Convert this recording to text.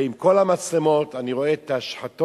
ועם כל המצלמות אני רואה את ההשחתות,